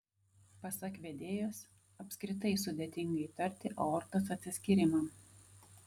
pasak vedėjos apskritai sudėtinga įtarti aortos atsiskyrimą